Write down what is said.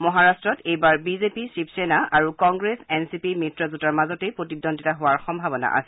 মহাৰাট্টত এইবাৰ বিজেপি শিৱসেনা আৰু কংগ্ৰেছ এন চি পি মিত্ৰজোঁটৰ মাজতে প্ৰতিদ্বন্দ্বিতা হোৱাৰ সম্ভাৱনা আছে